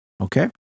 Okay